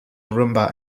rumba